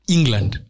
England